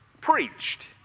preached